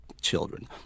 children